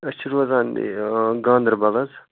أسۍ چھِ روزان یہِ گانٛدَربَل حظ